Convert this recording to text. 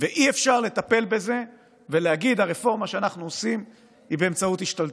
ואי-אפשר לטפל בזה ולהגיד: הרפורמה שאנחנו עושים היא באמצעות השתלטות.